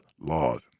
laws